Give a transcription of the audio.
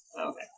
Okay